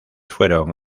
fueron